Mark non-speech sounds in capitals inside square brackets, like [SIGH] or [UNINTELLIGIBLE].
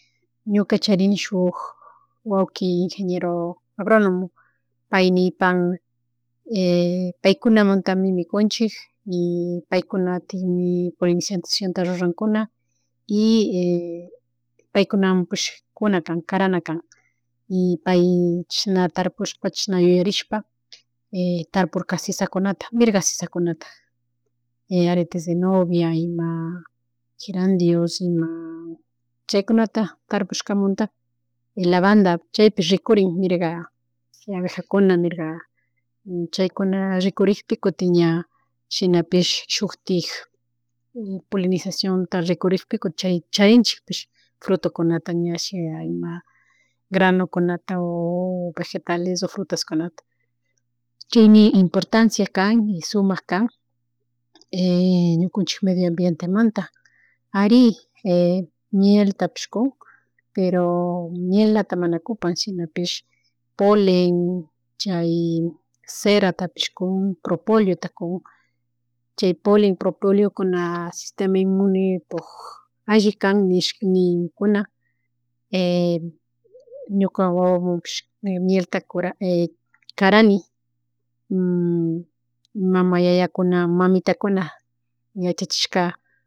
Ñuka charini shuk [NOISE] wauki ingeniero agronomo pay nipan [HESITATION] paykunamuntami mikunchik paykunatikmi polinizaciònta rurankuna, y [HESITATION] paykunamun [NOISE] kuna kan karana kan [NOISE] pai chishna tarpushpa chishna yuyarishpa [HESITATION] tarpurka sisakunata mirga sisakunata, aretes de novia, ima genardios, ima chaykunata tarpuskamunta lavanda chaypish rikurin mirga [UNINTELLIGIBLE] abejakuna, mirga chaykuna rikurikpi kutin ña chinapish shuktik polinizacionta rikurikpi kutin charinchikpish frutukunata ña ima, granokunata [HESITATION] o vegetales o frutaskunata. Chaymi importancia y sumak kan [HESITATION] ñukanchik medio ambientamanta ari [HESITATION] mieltapish kun pero, mielatata mana kupan, sinopish polen chay ceratapish kun, propoliota kun, [NOISE] chay polen propoliokuna sistema inmunepuk alli kan nish ninkuna [HESITATION] ñuka wawamunpish mielta kura [HESITATION] karani [HESITATION] mama, yayakuna, mamitakuna yachachishka.